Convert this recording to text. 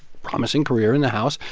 promising career in the house,